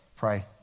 Pray